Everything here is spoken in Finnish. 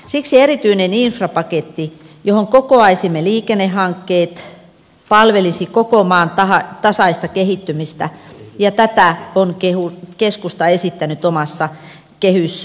siksi erityinen infrapaketti johon kokoaisimme liikennehankkeet palvelisi koko maan tasaista kehittymistä ja tätä on keskusta esittänyt omassa kehysvaihtoehdossaan